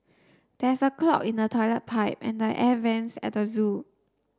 there is a clog in the toilet pipe and the air vents at the zoo